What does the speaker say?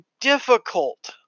difficult